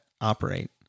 operate